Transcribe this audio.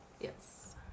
Yes